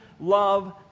love